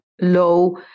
low